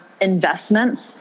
investments